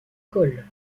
col